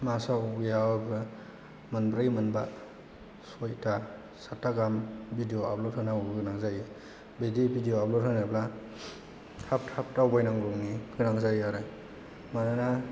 मासाव गैयाब्लाबो मोनब्रै मोनबा सयता सातता गाहाम भिडिय' आपलड होनांगौ गोनां जायो बिदि भिडिय' आपलड होनांगौ थाब थाब दावबायनांगौनि गोनां जायो आरो मानोना